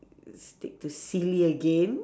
stick to silly again